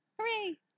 Hooray